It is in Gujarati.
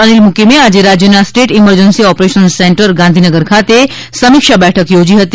અનિલ મુકીમે આજે રાજ્યના state emergency operation centre Gandhinagar ખાતે સમીક્ષા બેઠક યોજી હતી